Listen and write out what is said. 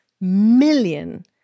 million